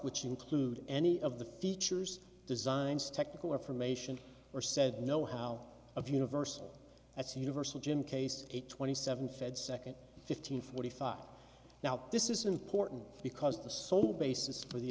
which include any of the features designs technical information are said no how of universal that's universal jim case a twenty seven fed second fifteen forty five now this is important because the sole basis for the